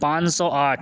پان سو آٹھ